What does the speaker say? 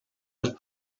have